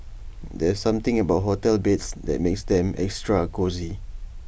there's something about hotel beds that makes them extra cosy